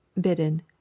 bidden